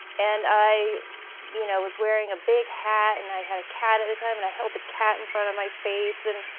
and i but you know was wearing a big hat and i had a cat at the time, and i held the cat in front of my face and,